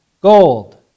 gold